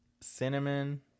cinnamon